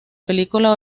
película